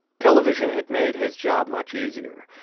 television had made his job much easier.